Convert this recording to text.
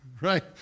right